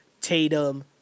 Tatum